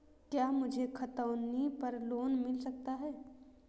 क्या मुझे खतौनी पर लोन मिल सकता है?